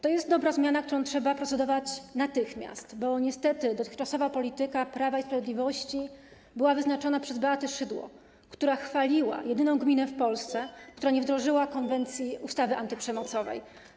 To jest dobra zmiana, nad którą trzeba procedować natychmiast, bo niestety dotychczasowa polityka Prawa i Sprawiedliwości była wyznaczona przez Beatę Szydło, która chwaliła jedyną gminę w Polsce, która nie wdrożyła ustawy antyprzemocowej.